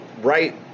Right